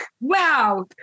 wow